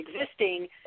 existing